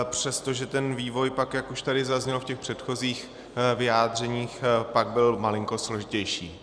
Přestože ten vývoj pak, jak už tady zaznělo v předchozích vyjádřeních, pak byl malinko složitější.